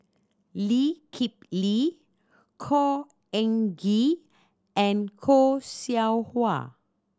Lee Kip Lee Khor Ean Ghee and Khoo Seow Hwa